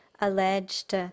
alleged